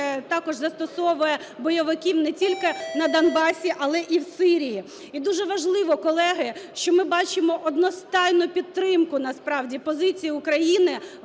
також застосовує бойовиків не тільки на Донбасі, але і в Сирії. І дуже важливо, колеги, що ми бачимо одностайну підтримку насправді позиції України